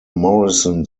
morrison